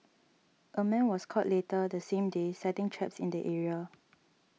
a man was caught later the same day setting traps in the area